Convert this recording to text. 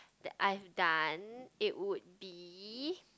that I've done it would be